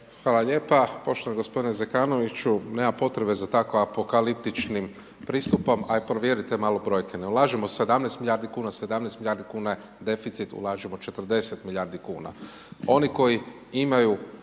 Hvala lijepa, poštovani g. Zekanoviću, nema potrebe za tako apokaliptičnim pristupom, a i provjerite malo brojke, ne lažemo 17 milijardi kn, 17 milijardi kn je deficit, ulažemo 40 milijardi kn.